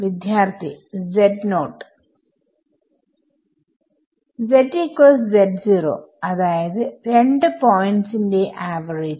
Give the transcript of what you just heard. വിദ്യാർത്ഥി z note അതായത് 2 points ന്റെ ആവറേജ്